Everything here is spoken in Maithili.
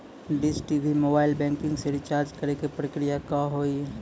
डिश टी.वी मोबाइल बैंकिंग से रिचार्ज करे के प्रक्रिया का हाव हई?